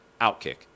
Outkick